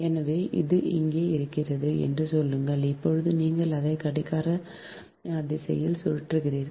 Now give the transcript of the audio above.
எனவே இது இங்கே இருக்கிறது என்று சொல்லுங்கள் இப்போது நீங்கள் அதை கடிகார திசையில் சுழற்றுகிறீர்கள்